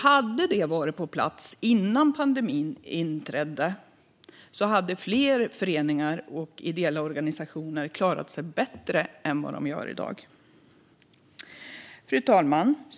Hade detta varit på plats innan pandemin inträdde hade fler föreningar och ideella organisationer klarat sig bättre än vad de gör i dag. Fru talman!